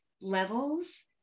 levels